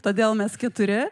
todėl mes keturi